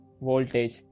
voltage